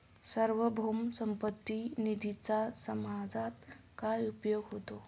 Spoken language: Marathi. सार्वभौम संपत्ती निधीचा समाजात काय उपयोग होतो?